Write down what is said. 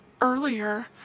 earlier